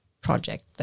project